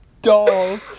doll